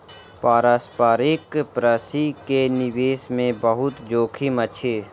पारस्परिक प्राशि के निवेश मे बहुत जोखिम अछि